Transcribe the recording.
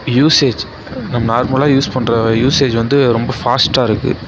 usage நம்ம நார்மலாக use பண்ணுற யூசேஜ் வந்து ரொம்ப ஃபாஸ்ட்டாக இருக்குது